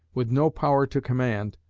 with no power to command,